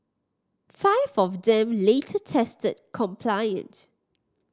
five of them later tested compliant